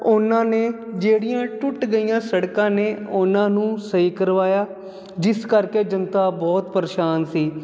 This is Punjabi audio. ਉਨਾਂ ਨੇ ਜਿਹੜੀਆਂ ਟੁੱਟ ਗਈਆਂ ਸੜਕਾਂ ਨੇ ਉਹਨਾਂ ਨੂੰ ਸਹੀ ਕਰਵਾਇਆ ਜਿਸ ਕਰਕੇ ਜਨਤਾ ਬਹੁਤ ਪਰੇਸ਼ਾਨ ਸੀ